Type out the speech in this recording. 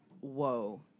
whoa